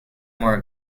more